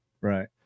Right